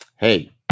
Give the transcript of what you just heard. hey